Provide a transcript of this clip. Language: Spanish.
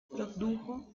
produjo